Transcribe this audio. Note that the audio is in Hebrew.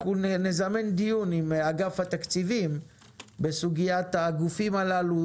אנחנו נזמן דיון עם אגף התקציבים בסוגיית הגופים הללו,